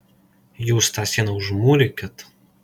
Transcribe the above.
jūs tą sieną užmūrykit